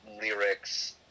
lyrics